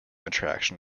attraction